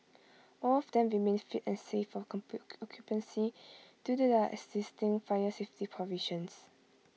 all of them remain fit and safe for due to their existing fire safety provisions